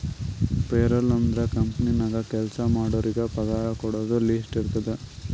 payroll ಅಂದುರ್ company ನಾಗ್ ಕೆಲ್ಸಾ ಮಾಡೋರಿಗ ಪಗಾರ ಕೊಡೋದು ಲಿಸ್ಟ್ ಇರ್ತುದ್